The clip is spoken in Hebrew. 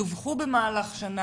כמה דווחו במהלך השנה?